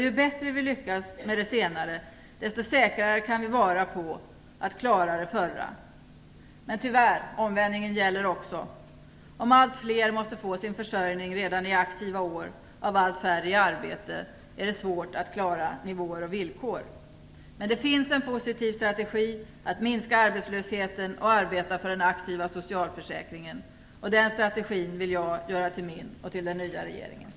Ju bättre vi lyckas med det senare desto säkrare kan vi vara på att klara det förra. Men tyvärr gäller även det omvända. Om allt fler måste få sin försörjning redan i aktiva år av allt färre i arbete är det svårt att klara nivåer och villkor. Det finns en positiv strategi att minska arbetslösheten och arbeta för den aktiva socialförsäkringen. Den strategin vill jag göra till min och till den nya regeringens.